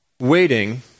Waiting